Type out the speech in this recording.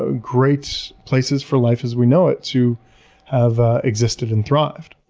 ah great places for life as we know it to have existed and thrived.